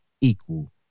equal